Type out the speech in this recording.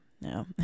no